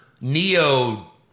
neo